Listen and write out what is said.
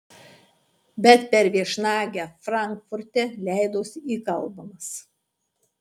bet per viešnagę frankfurte leidosi įkalbamas